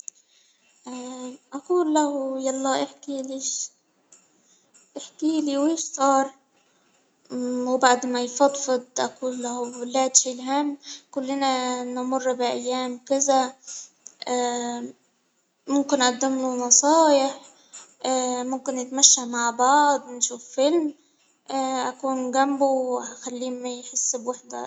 اه أقول له يلا إحكي لي ش-إحكي لي وش صار؟ مم وبعد ما يفضفض أقول له لا تشيل هم كلنا نمر بأيام كذا ممكن قدم له نصايح، نتمشى مع بعض، نشوف فيلم أكون جنبه وأخليه ما يحس بوحدة.